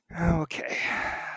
Okay